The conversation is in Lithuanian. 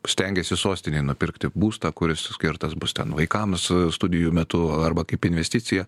stengiasi sostinėj nupirkti būstą kuris skirtas bus ten vaikams studijų metu arba kaip investicija